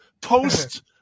post